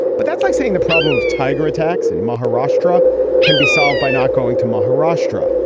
but that's like saying the problem of tiger attacks in maharashtra can be solved by not going to maharashtra.